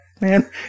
Man